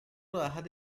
rodajas